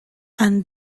and